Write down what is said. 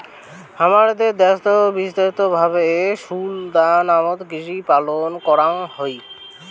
হামাদের দ্যাশোত বিস্তারিত ভাবে সুস্টাইনাবল কৃষিকাজ পালন করাঙ হই